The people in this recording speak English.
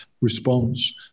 response